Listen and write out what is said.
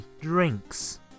drinks